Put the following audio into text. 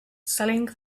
selling